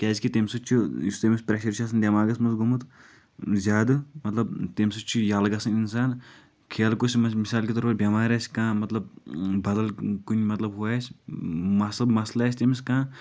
کیٛازِ کہِ تمہِ سۭتۍ چھُ یُس تٔمِس پریشر چھُ آسان دٮ۪ماغس منٛز گوٚومُت زیادٕ مطلب تٔمۍ سۭتۍ چھُ یہِ ییٚلہٕ گژھان انسان کھیل کوٗدس منٛز مثال کے طور پر بٮ۪مار آسہِ کانٛہہ مطلب بدل کُنہِ مطلب ہُہ آسہِ مسل مسلہٕ آسہِ تٔمِس کانٛہہ